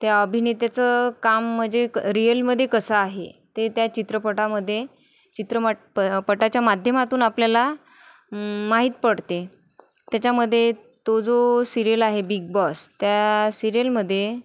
त्या अभिनेत्याचं काम म्हणजे क रियलमध्ये कसं आहे ते त्या चित्रपटामध्ये चित्रमट प पटाच्या माध्यमातून आपल्याला माहीत पडते त्याच्यामध्ये तो जो सिरियल आहे बिग बॉस त्या सिरियलमध्ये